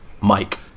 Mike